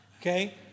Okay